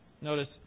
Notice